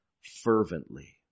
fervently